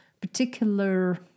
particular